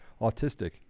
autistic